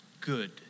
good